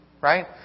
Right